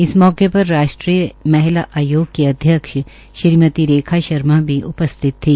इस मौके पर राष्ट्रीय महिला आयोग की अध्यक्ष श्रीमती रेखा शर्मा भी उपस्थित थी